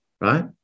right